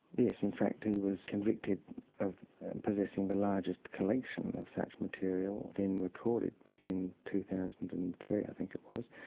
yes, in face he was convicted of possessing the largest collection of such material then recorded back in two thousand and three i think it was.